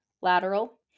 lateral